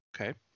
Okay